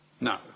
No